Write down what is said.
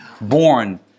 born